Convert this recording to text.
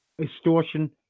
extortion